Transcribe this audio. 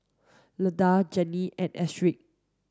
Lindell Jeanie and Astrid